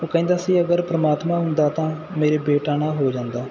ਉਹ ਕਹਿੰਦਾ ਸੀ ਅਗਰ ਪਰਮਾਤਮਾ ਹੁੰਦਾ ਤਾਂ ਮੇਰੇ ਬੇਟਾ ਨਾ ਹੋ ਜਾਂਦਾ